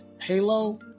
Halo